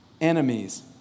enemies